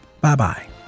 Bye-bye